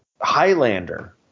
Highlander